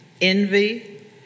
envy